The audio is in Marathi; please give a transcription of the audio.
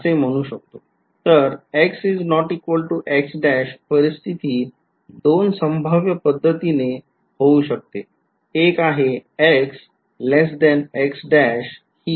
तर परिस्थिती दोन संभाव्य पद्धतीने होऊ शकते